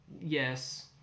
yes